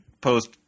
Post